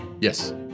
Yes